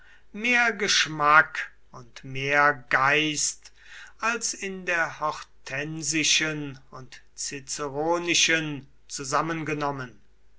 mehr geschmack und mehr geist als in der hortensischen und ciceronischen zusammengenommen